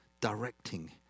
directing